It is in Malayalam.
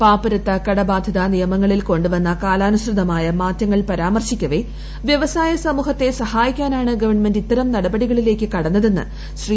പാപ്പരത്ത കടബാധ്യതാ നിയമങ്ങളിൽ കൊണ്ടുവന്ന കാലാനുസൃതമായ മാറ്റങ്ങൾ പരാമർശിക്കവേ വ്യവ്സായ സമൂഹത്തെ സഹായിക്കാനാണ് ഗവൺമെന്റ് ഇത്തരം നടപടികളില്ല്ക്ക് കടന്നതെന്ന് ശ്രീ